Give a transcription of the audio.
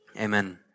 Amen